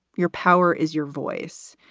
your power is your voice.